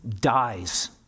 dies